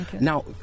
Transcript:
Now